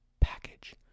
package